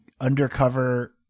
undercover